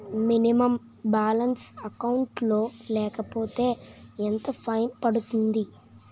Minimum balance account లో లేకపోతే ఎంత ఫైన్ పడుతుంది?